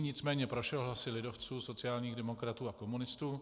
Nicméně prošel hlasy lidovců, sociálních demokratů a komunistů.